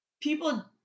people